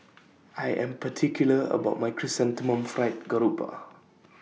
I Am particular about My Chrysanthemum Fried Garoupa